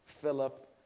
Philip